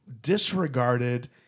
disregarded